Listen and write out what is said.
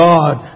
God